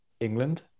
England